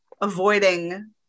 avoiding